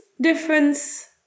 difference